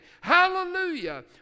Hallelujah